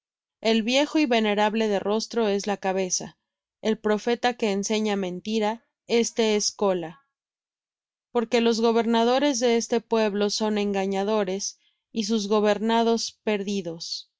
el viejo y venerable de rostro es la cabeza el profeta que enseña mentira este es cola porque los gobernadores de este pueblo son engañadores y sus gobernados perdidos